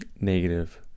negative